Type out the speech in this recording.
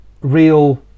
real